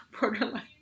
borderline